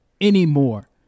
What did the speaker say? anymore